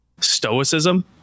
stoicism